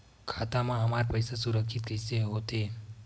खाता मा हमर पईसा सुरक्षित कइसे हो थे?